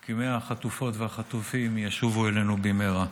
כי 100 החטופות והחטופים ישובו אלינו במהרה.